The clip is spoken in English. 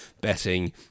Betting